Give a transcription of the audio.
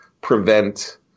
prevent